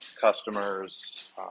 customers